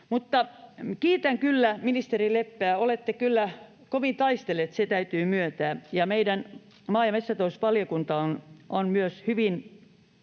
mutta kiitän kyllä ministeri Leppää. Olette kyllä kovin taistellut, se täytyy myöntää, ja meidän maa- ja metsätalousvaliokunta on myös hyvin